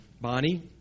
Bonnie